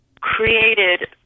created